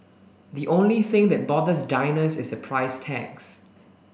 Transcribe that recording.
the only thing that bothers diners is the price tags